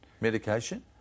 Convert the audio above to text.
Medication